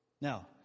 Now